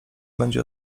będzie